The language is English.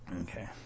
Okay